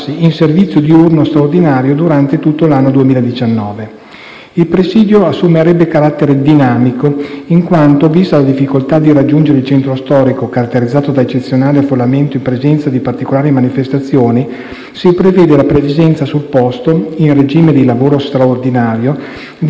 Il presidio assumerebbe carattere dinamico in quanto, vista la difficoltà di raggiungere il centro storico, caratterizzato da eccezionale affollamento in presenza di particolari manifestazioni, si prevede la presenza sul posto, in regime di lavoro straordinario, di personale con professionalità e abilitazioni diversificate